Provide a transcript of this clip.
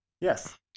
Yes